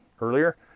earlier